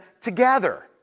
together